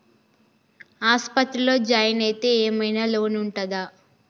ఆస్పత్రి లో జాయిన్ అయితే ఏం ఐనా లోన్ ఉంటదా?